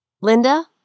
Linda